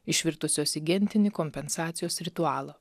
išvirtusios į gentinį kompensacijos ritualą